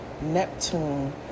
Neptune